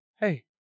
Hey